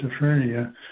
schizophrenia